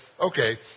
okay